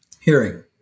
Hearing